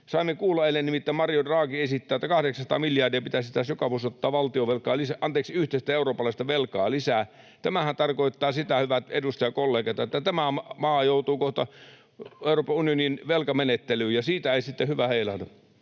Saimme kuulla eilen, että Mario Draghi esittää, että 800 miljardia pitäisi taas joka vuosi ottaa yhteistä eurooppalaista velkaa lisää. Tämähän tarkoittaa sitä, hyvät edustajakollegat, että tämä maa joutuu kohta Euroopan unionin velkamenettelyyn, ja siitä ei sitten hyvä heilahda.